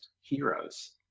heroes